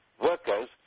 workers